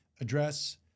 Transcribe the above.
address